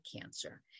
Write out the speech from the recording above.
cancer